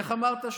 איך אמרת,